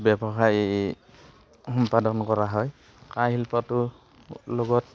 ব্যৱসায় সম্পাদন কৰা হয় কাঁহ শিল্পটোৰ লগত